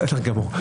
בסדר גמור.